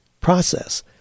process